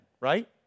right